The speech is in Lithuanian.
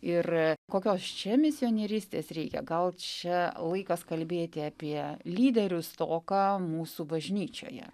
ir kokios čia misionierystės reikia gal čia laikas kalbėti apie lyderių stoką mūsų bažnyčioje